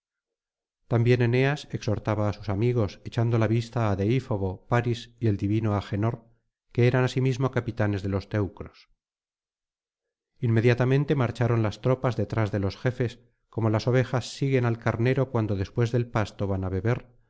también eneas exhortaba á sus amigos echando la vista á deífobo paris y el divino agenor que eran asimismo capitanes de los teucros inmediatamente marcharon las tropas detrás de los jefes como las ovejas siguen al carnero cuando después del pasto van á beber